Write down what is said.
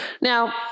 Now